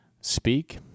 speak